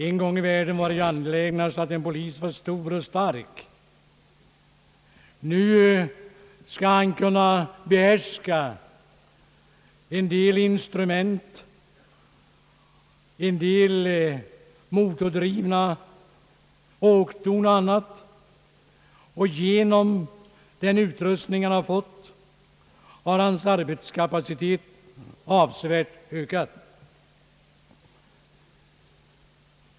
En gång i världen var det ju angelägnast att en polis var stor och stark, nu skall han kunna behärska en del instrument, en del motordrivna åkdon och annat, och genom denna utrustning har hans arbetskapacitet avsevärt ökat.